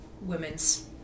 women's